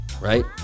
right